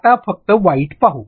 आता फक्त वाईट पाहू